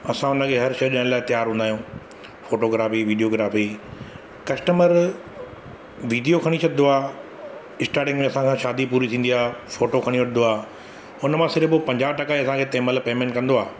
असां हुनखे हर शइ ॾियण लाइ तयारु हूंदा आहियूं फोटोग्राफी वीडियोग्राफी कस्टमर वीडियो खणी छॾिंदो आहे स्टाटिंग में असां सां शादी पूरी थींदी आहे फ़ोटो खणी वठिंदो आहे हुन मां सिर्फ़ हो पंजाहु टका असांजे तंहिं महिल पेमैंट कंदो आहे